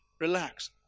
relax